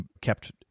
kept